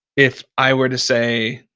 if i were to say,